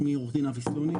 שמי עורך דין אבי סלונים,